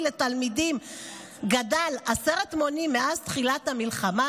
לתלמידים גדל עשרת מונים מאז תחילת המלחמה?